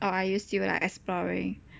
or are you still like exploring